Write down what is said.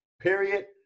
period